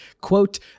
quote